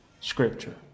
Scripture